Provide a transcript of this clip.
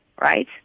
right